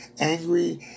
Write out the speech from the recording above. angry